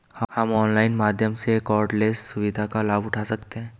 हम ऑनलाइन माध्यम से कॉर्डलेस सुविधा का लाभ उठा सकते हैं